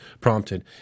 prompted